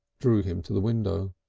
drew him to the window.